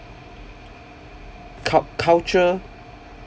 cult~ culture